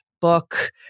book